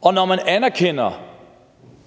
Og når man anerkender